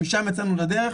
משם יצאנו לדרך.